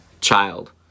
child